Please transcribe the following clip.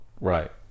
right